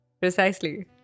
Precisely